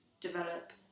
develop